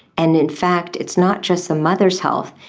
and in fact it's not just the mother's health,